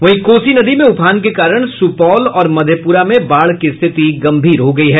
वहीं कोसी नदी में उफान के कारण सुपौल और मधेपुरा में बाढ़ की स्थिति गंभीर हो गई है